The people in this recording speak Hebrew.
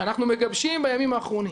שאנחנו מגבשים בימים האחרונים